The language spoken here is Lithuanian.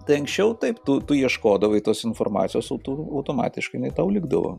tai anksčiau taip tu tu ieškodavai tos informacijos ir tu automatiškai tau likdavo